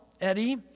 Eddie